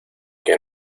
que